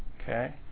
okay